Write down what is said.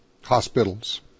Hospitals